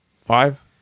Five